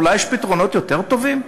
אולי יש פתרונות יותר טובים?